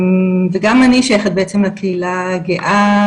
אני שייכת בעצם לקהילה הגאה,